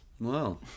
Wow